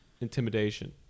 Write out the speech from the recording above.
intimidation